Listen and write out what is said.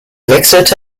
wechselte